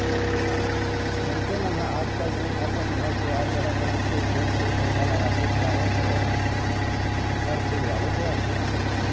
मनखे मन ह आज कल जेन अपन घर दुवार म रंग रंग के जेन पेड़ पउधा लगाथे चाहे ओ फर फूल वाले होवय